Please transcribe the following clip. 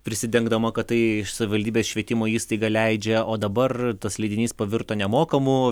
prisidengdama kad tai savivaldybės švietimo įstaiga leidžia o dabar tas leidinys pavirto nemokamu